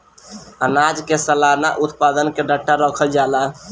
आनाज के सलाना उत्पादन के डाटा रखल जाला